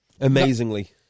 Amazingly